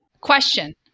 Question